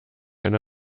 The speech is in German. eine